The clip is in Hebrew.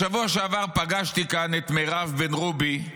בשבוע שעבר פגשתי כאן את מירב בן רובי,